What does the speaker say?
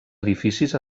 edificis